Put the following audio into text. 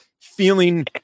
feeling